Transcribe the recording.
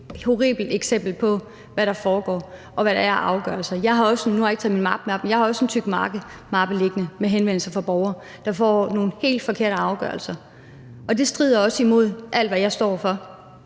jeg ikke taget min mappe med op, men jeg har også en tyk mappe liggende med henvendelser fra borgere, der får nogle helt forkerte afgørelser, og det strider imod alt, hvad jeg står for.